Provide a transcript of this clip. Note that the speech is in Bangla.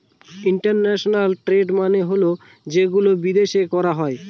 ইন্টারন্যাশনাল ট্রেড মানে হল যেগুলো বিদেশে করা হয়